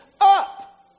up